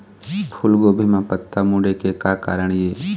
फूलगोभी म पत्ता मुड़े के का कारण ये?